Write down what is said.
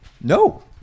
No